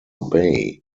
bay